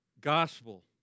gospel